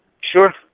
Sure